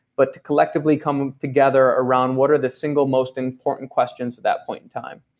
but to collectively come together around what are the single most important questions at that point in time.